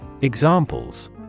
Examples